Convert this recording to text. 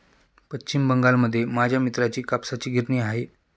पश्चिम बंगालमध्ये माझ्या मित्राची कापसाची गिरणी आहे